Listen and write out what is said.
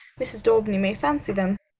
mrs. daubeny may fancy them.